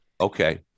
okay